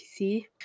PC